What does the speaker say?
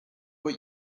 what